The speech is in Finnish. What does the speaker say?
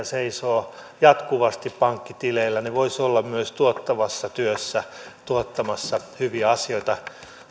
seisoo jatkuvasti pankkitileillä ne voisivat olla myös tuottavassa työssä tuottamassa hyviä asioita